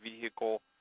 vehicle